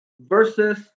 versus